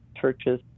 churches